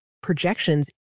projections